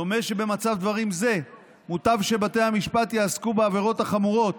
דומה שבמצב דברים זה מוטב שבתי המשפט יעסקו בעבירות החמורות,